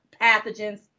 pathogens